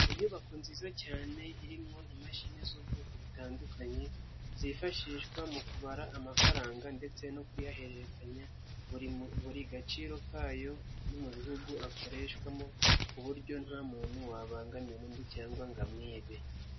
Inyubako nziza cyane irimo imashini z'ubwoko butandukanye zifashishwa mu kubara amafaranga ndetse no kuyahererekanya buri gaciro kayo no mu bihugu akoreshwamo, ku buryo nta muntu wabangamira undi cyangwa ngo amwibe.